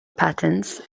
patents